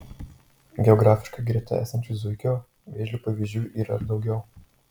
geografiškai greta esančių zuikio vėžlio pavyzdžių yra ir daugiau